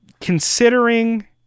considering